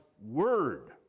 word